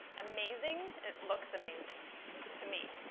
amazing. it looks amazing to me.